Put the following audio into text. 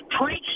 preach